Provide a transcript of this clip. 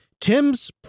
Tim's